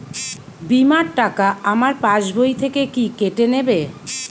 বিমার টাকা আমার পাশ বই থেকে কি কেটে নেবে?